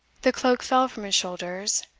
the cloak fell from his shoulders,